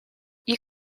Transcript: you